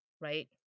right